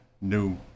new